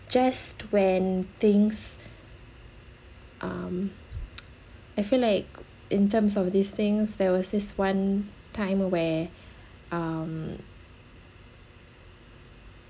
just when things um I feel like in terms of these things there was this one time where um